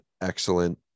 excellent